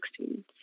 2016